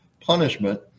punishment